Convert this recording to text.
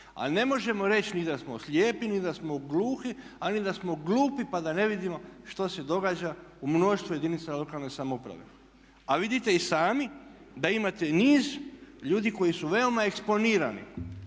al ne možemo reći ni da smo slijepi, ni da smo gluhi ali ni da smo glupi pa da ne vidimo što se događa u mnoštvu jedinica lokalne samouprave. A vidite i sami da imate niz ljudi koji su veoma eksponirani